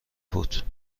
بود